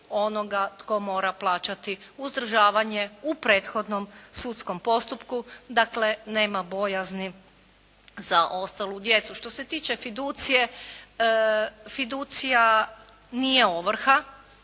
onoga tko mora plaćati uzdržavanje u prethodnom sudskom postupku, dakle nema bojazni za ostalu djecu. Što se tiče fiducije, fiducija nije ovrha.